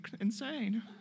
insane